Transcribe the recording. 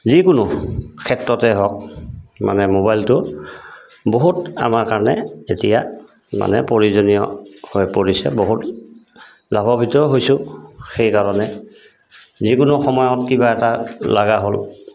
যিকোনো ক্ষেত্ৰতে হওক মানে মোবাইলটো বহুত আমাৰ কাৰণে এতিয়া মানে প্ৰয়োজনীয় হৈ পৰিছে বহুত লাভান্বিত হৈছোঁ সেইকাৰণে যিকোনো সময়ত কিবা এটা লগা হ'ল